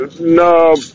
No